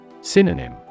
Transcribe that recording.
Synonym